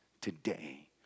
today